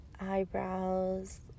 eyebrows